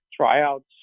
tryouts